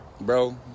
bro